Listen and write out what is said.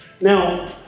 Now